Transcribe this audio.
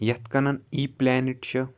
یَتھ کنۍ ای پٕلینٮ۪ٹ چھُ